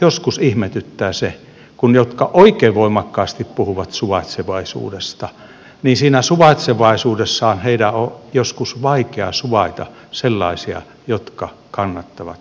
joskus ihmetyttää se että niiden jotka oikein voimakkaasti puhuvat suvaitsevaisuudesta on siinä suvaitsevaisuudessaan joskus vaikea suvaita sellaisia jotka kannattavat perinteistä avioliittokäsitystä